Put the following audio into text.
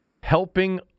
Helping